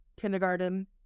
kindergarten